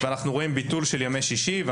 רואים ביטול של ימי שישי,